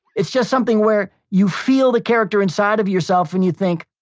it's just something where you feel the character inside of yourself and you think,